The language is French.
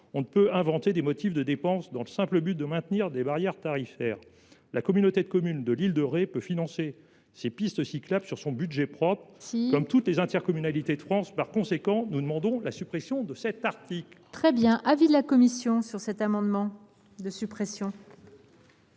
on ne peut inventer des motifs de dépenses dans le simple but de maintenir des barrières tarifaires. La communauté de communes de l’île de Ré peut financer ses pistes cyclables sur son budget propre, comme toutes les intercommunalités de France ! Par conséquent, nous demandons la suppression de cet article. Quel est l’avis de la commission ? Nous essayons,